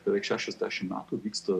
beveik šešiasdešimt metų vyksta